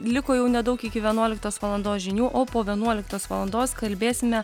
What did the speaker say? liko jau nedaug iki vienuoliktos valandos žinių o po vienuoliktos valandos kalbėsime